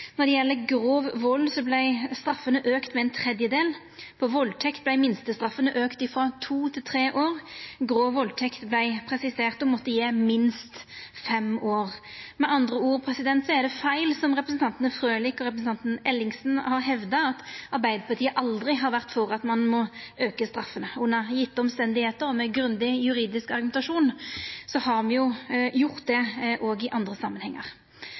Når det gjeld grov vald, vart straffene auka med ein tredjedel. For valdtekt vart minstestraffene auka frå to til tre år. Grov valdtekt vart presisert å måtta gje minst fem år. Det er med andre ord feil, det som representanten Frølich og representanten Ellingsen har hevda, at Arbeidarpartiet aldri har vore for å auka straffene. Under gjevne omstende og med grundig juridisk argumentasjon har me gjort det òg i andre samanhengar.